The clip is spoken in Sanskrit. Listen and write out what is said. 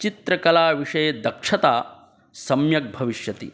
चित्रकलाविषये दक्षता सम्यक् भविष्यति